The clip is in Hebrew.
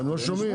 הם לא שומעים.